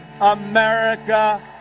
America